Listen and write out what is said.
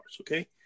okay